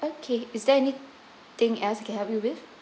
okay is there any thing else I can help you with